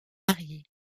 mariés